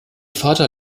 vater